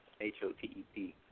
H-O-T-E-P